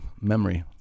memory